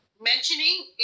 mentioning